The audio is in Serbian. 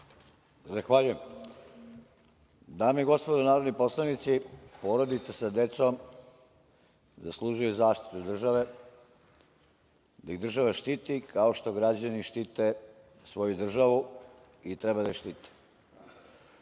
Zahvaljujem. Dame i gospodo narodni poslanici, porodice sa decom zaslužuju zaštitu države da ih država štiti kao što građani štite svoju državu i treba da je štiti. Ovi